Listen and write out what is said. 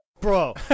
Bro